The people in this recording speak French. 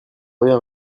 rien